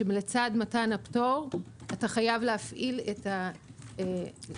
שלצד מתן הפטור אתה חייב להפעיל את המפעל,